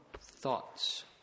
thoughts